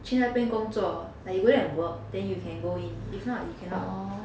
去那边工作 like you go there and work then you can go in if not you cannot